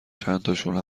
چندتاشون